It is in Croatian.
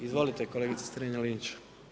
Izvolite kolegice Strenja-Linić.